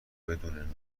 بدون